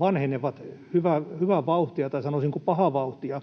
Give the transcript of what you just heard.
vanhenevat hyvää vauhtia, tai sanoisinko pahaa vauhtia,